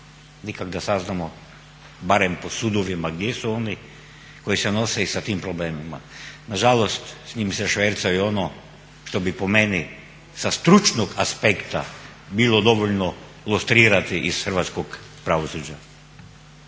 nikako da saznamo barem po sudovima gdje su oni, koji se nose i sa tim problemima. Nažalost s njim se šverca i ono što bi po meni sa stručnog aspekta bilo dovoljno lustrirati iz hrvatskog pravosuđa.